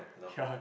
ya